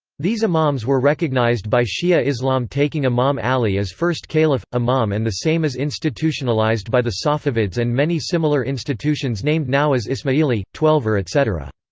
these imams were recognized by shia islam taking imam ali as first caliph imam and the same is institutionalised by the safavids and many similar institutions named now as ismaili, twelver etc.